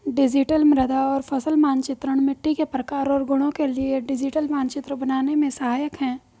digital मृदा और फसल मानचित्रण मिट्टी के प्रकार और गुणों के लिए डिजिटल मानचित्र बनाने में सहायक है